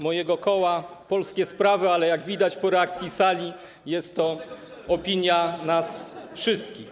mojego koła Polskie Sprawy, ale jak widać po reakcji sali, jest to opinia nas wszystkich.